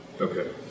Okay